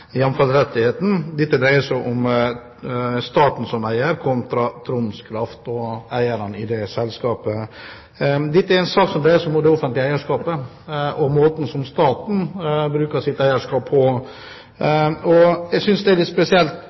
Dette dreier seg om staten som eier kontra Troms Kraft og eierne i det selskapet. Dette er en sak som dreier seg om det offentlige eierskapet og måten staten bruker sitt eierskap på. Jeg synes det er litt spesielt,